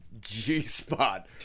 G-Spot